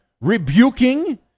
rebuking